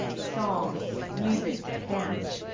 songs, music, dance.